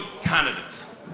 candidates